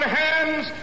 hands